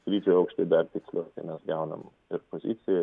skrydžio aukštį dar tiksliau kai mes gaunam ir poziciją